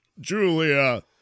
Julia